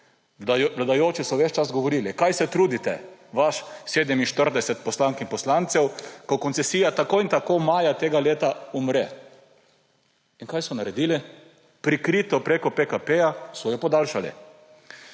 Vladajoči so ves čas govorili – kaj se trudite, vas 47 poslank in poslancev, ko koncesija tako in tako maja tega leta umre. In kaj so naredili? Prikrito preko PKP-ja so jo podaljšali.